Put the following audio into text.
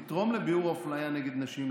לתרום לביעור אפליה נגד נשים,